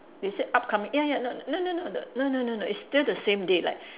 they say upcoming ya ya not no no no the no no no no it's still the same day like